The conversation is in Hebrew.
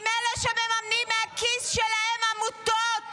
עם אלה שמממנים מהכיס שלהם עמותות